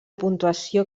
puntuació